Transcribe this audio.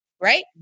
Right